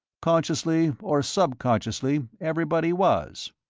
consciously, or subconsciously, everybody was.